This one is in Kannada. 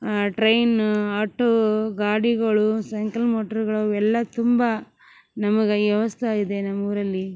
ಟ್ರೈನು ಆಟೋ ಗಾಡಿಗಳು ಸೈಂಕಲ್ ಮೋಟ್ರ್ಗಳು ಅವೆಲ್ಲ ತುಂಬಾ ನಮಗೆ ವ್ಯವಸ್ಥೆ ಇದೆ ನಮ್ಮೂರಲ್ಲಿ